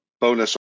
bonus